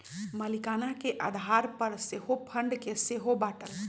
मलीकाना के आधार पर सेहो फंड के सेहो बाटल